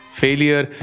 failure